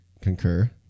concur